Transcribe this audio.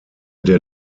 der